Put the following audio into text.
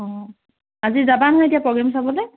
অঁ আজি যাবা নহয় এতিয়া প্ৰগ্ৰেম চাবলৈ